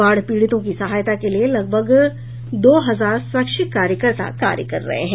बाढ़ पीडितों की सहायता के लिए लगभग दो हजार स्वैच्छिक कार्यकर्ता कार्य कर रहे हैं